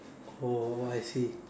oh I see